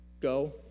go